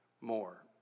more